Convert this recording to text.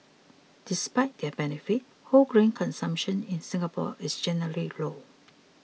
despite their benefits whole grain consumption in Singapore is generally low